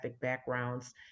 backgrounds